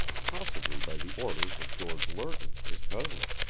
possibly by the orders of george lerton, his cousin.